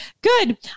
Good